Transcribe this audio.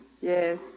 Yes